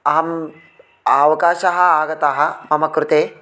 अहं अवकाशः आगतः मम कृते